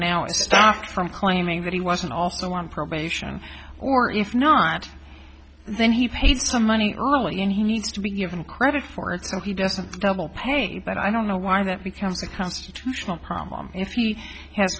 now is staffed from claiming that he wasn't also on probation or if not then he paid some money early and he needs to be given credit for it so he doesn't double paned but i don't know why that becomes a constitutional problem if you has